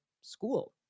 school